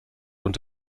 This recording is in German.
und